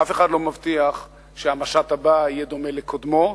אף אחד לא מבטיח שהמשט הבא יהיה דומה לקודמו,